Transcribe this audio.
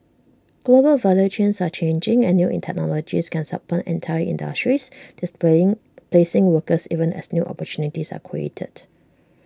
global value chains are changing and new technologies can supplant entire industries displaying placing workers even as new opportunities are created